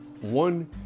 one